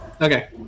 okay